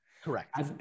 Correct